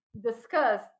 discuss